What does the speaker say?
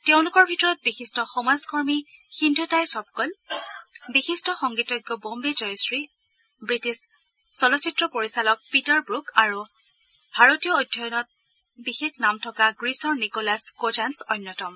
তেওঁলোকৰ ভিতৰত বিশিষ্ট সমাজকৰ্মী সিন্ধুতাই ছপকল বিশিষ্ট সংগীতজ্ঞ বোম্বে জয়শ্ৰী ৱিটিছ চলচ্চিত্ৰ পৰিচালক পিটাৰ ব্ৰক আৰু ভাৰতীয় অধ্যয়নত বিশেষ নাম থকা গ্ৰীচৰ নিকলাছ কজান্ছ অন্যতম